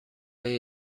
های